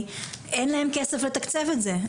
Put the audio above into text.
וכו', אין להם כסף לתקצב את זה.